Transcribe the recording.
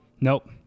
Nope